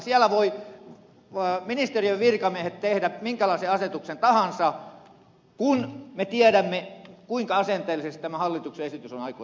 siellä voivat ministeriön virkamiehet tehdä minkälaisen asetuksen tahansa kun me tiedämme kuinka asenteellisesti tämä hallituksen esitys on aikoinaan valmisteltu